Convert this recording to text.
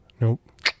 Nope